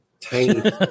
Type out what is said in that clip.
tiny